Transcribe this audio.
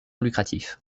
lucratif